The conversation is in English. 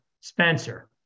Spencer